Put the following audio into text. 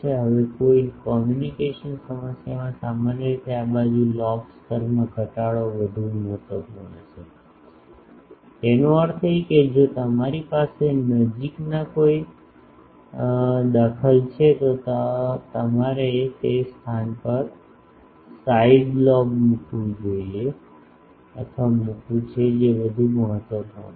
હવે કોઈ કોમ્યુનિકેશન સમસ્યામાં સામાન્ય રીતે આ બાજુ લોબ સ્તરમાં ઘટાડો વધુ મહત્વપૂર્ણ છે તેનો અર્થ એ કે જો તમારી પાસે નજીકમાં કોઈ દખલ છે તો તમારે તે સ્થાન પર સાઇડ લોબ મૂકવું છે જે વધુ મહત્વપૂર્ણ છે